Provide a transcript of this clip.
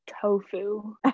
tofu